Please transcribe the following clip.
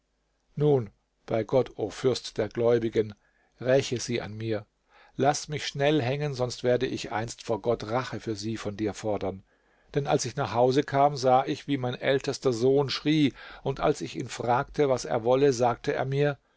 nun bei gott o fürst der gläubigen räche sie an mir laß mich schnell hängen sonst werde ich einst vor gott rache für sie von dir fordern denn als ich nach hause kam sah ich wie mein ältester sohn schrie und als ich ihn fragte was er wolle sagte er mir